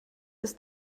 ist